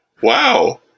Wow